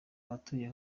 abatuye